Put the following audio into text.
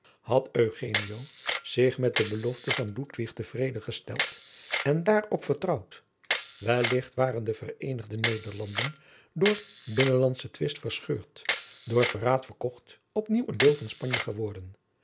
eugenio zich met de belofte van ludwig te vrede gesteld en daarop vertrouwd wellicht waren de vereenigde nederlanden door binnenlandschen twist verscheurd door verraad verkocht op nieuw een deel van spanje geworden